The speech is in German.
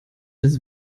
ist